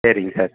சரிங் சார்